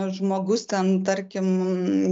žmogus ten tarkim